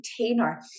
container